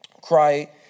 cry